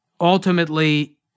ultimately